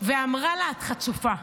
ואמרה לה: את חצופה.